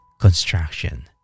construction